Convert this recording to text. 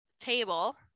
table